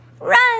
Run